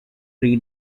pre